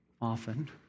often